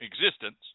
existence